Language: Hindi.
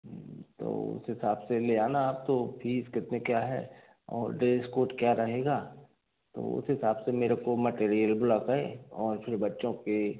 तो उस हिसाब से ले आना आप तो फीस कितने क्या हैं और ड्रेस कोड क्या रहेगा तो उस हिसाब से मेरे को मटेरियल और फिर बच्चों के